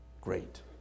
great